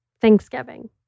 Thanksgiving